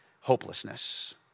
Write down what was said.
hopelessness